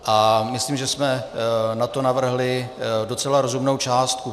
A myslím, že jsme na to navrhli docela rozumnou částku.